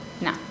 No